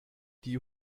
die